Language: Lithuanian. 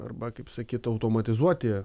arba kaip sakyt automatizuoti